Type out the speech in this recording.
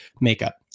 makeup